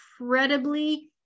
incredibly